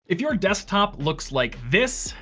if your desktop looks like this,